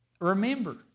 remember